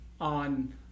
on